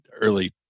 early